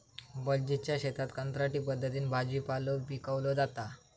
बलजीतच्या शेतात कंत्राटी पद्धतीन भाजीपालो पिकवलो जाता